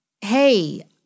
Hey